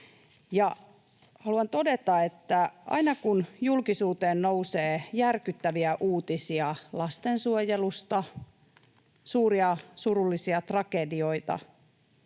Haluan todeta, että aina kun julkisuuteen nousee järkyttäviä uutisia lastensuojelusta, suuria, surullisia tragedioita,